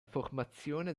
formazione